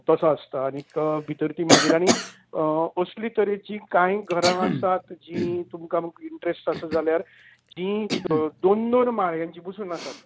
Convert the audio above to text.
तसो आसता आनीक भितर ती मागीर आनी असले तरचीं कांय घरां आसा जी तुमका आमी इंट्रस्ट आसा जाल्यार तीं दोंगर माळ्यांचे पसून आसात